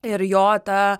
ir jo ta